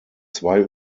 zwei